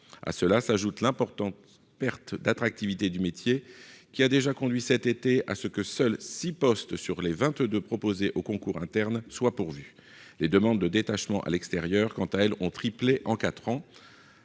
à cela s'ajoute l'importante perte d'attractivité du métier, qui a déjà conduit, cet été, à ce que seuls 6 postes sur les 22 proposés aux concours internes soient pourvus les demandes de détachement à l'extérieur, quant à elles, ont triplé en 4 ans,